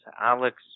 Alex